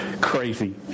crazy